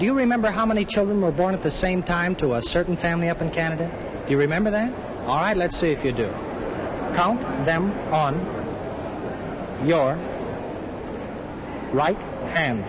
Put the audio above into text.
you remember how many children were born at the same time to a certain family up in canada you remember that all right let's see if you do count them on your right